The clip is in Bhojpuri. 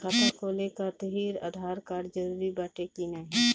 खाता खोले काहतिर आधार कार्ड जरूरी बाटे कि नाहीं?